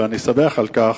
ואני שמח על כך,